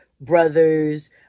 Brothers